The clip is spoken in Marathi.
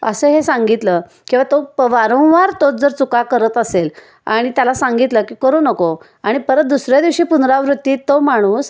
असं हे सांगितलं किंवा तो प वारंवार तोच जर चुका करत असेल आणि त्याला सांगितलं की करू नको आणि परत दुसऱ्या दिवशी पुनरावृत्तीत तो माणूस